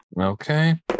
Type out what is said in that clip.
Okay